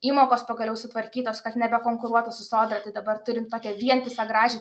įmokos pagaliau sutvarkytos kad nebekonkuruotų su sodra tai dabar turim tokią vientisą gražią